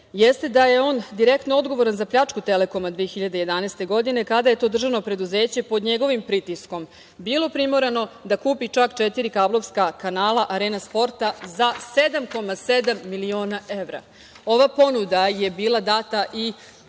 jeste da je on direktno odgovoran za pljačku „Telekoma“ 2011. godine, kada je to državno preduzeće pod njegovim pritiskom bilo primorano da kupi čak četiri kablovska kanala „Arena sporta“ za 7,7 miliona evra. Ova ponuda je bila data i